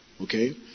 Okay